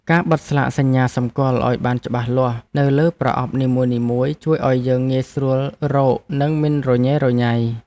ការបិទស្លាកសញ្ញាសម្គាល់ឱ្យបានច្បាស់លាស់នៅលើប្រអប់នីមួយៗជួយឱ្យយើងងាយស្រួលរកនិងមិនរញ៉េរញ៉ៃ។